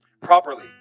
Properly